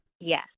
yes